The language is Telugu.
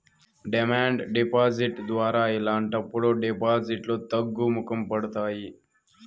డిమాండ్ డిపాజిట్ ద్వారా ఇలాంటప్పుడు డిపాజిట్లు తగ్గుముఖం పడతాయి